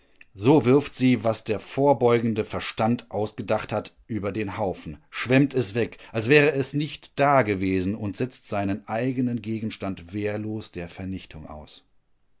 so wirft sie was der vorbeugende verstand ausgedacht hat über den haufen schwemmt es weg als wäre es nicht dagewesen und setzt seinen eigenen gegenstand wehrlos der vernichtung aus